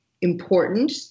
important